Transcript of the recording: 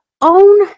own